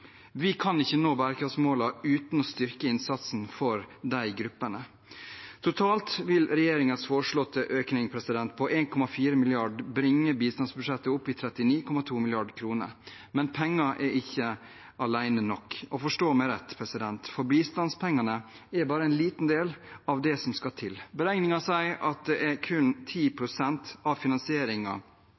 Vi kan ikke nå bærekraftsmålene uten å styrke innsatsen for de gruppene. Totalt vil regjeringens foreslåtte økning på 1,4 mrd. kr bringe bistandsbudsjettet opp i 39,2 mrd. kr. Men penger alene er ikke nok. Forstå meg rett, for bistandspengene er bare en liten del av det som skal til. Beregninger sier at det er kun 10 pst. av